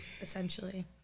essentially